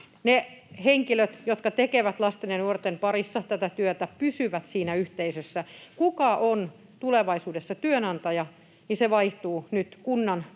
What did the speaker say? Ne henkilöt, jotka tekevät lasten ja nuorten parissa tätä työtä, pysyvät siinä yhteisössä. Se, kuka on tulevaisuudessa työnantaja, vaihtuu nyt kunnan tai